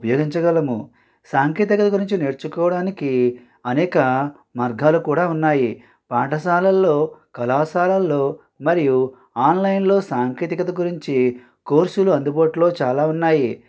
ఉపయోగించగలము సాంకేతిక గురించి నేర్చుకోడానికి అనేక మార్గాలు కూడా ఉన్నాయి పాఠశాలల్లో కళాశాలల్లో మరియు ఆన్లైన్లో సాంకేతికత గురించి కోర్సులు అందుబాటులో చాలా ఉన్నాయి